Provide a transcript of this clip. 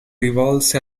rivolse